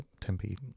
Tempe